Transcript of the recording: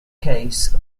case